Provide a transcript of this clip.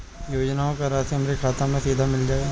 योजनाओं का राशि हमारी खाता मे सीधा मिल जाई?